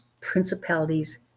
principalities